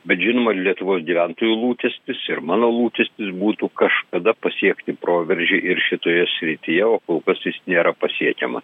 bet žinoma lietuvos gyventojų lūkestis ir mano lūkestis būtų kažkada pasiekti proveržį ir šitoje srityje o kol kas jis nėra pasiekiama